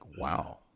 wow